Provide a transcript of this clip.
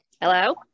Hello